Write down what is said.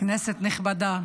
כנסת נכבדה,